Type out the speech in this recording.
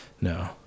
No